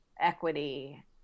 equity